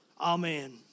Amen